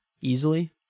easily